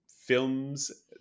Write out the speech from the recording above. films